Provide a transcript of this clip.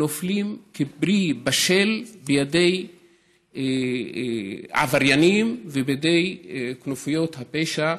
נופלים כפרי בשל בידי עבריינים ובידי כנופיות הפשע,